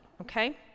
okay